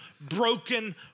broken